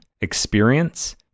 experience